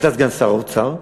ואתה סגן שר האוצר.